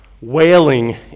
wailing